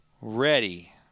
ready